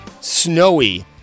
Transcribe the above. snowy